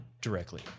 Directly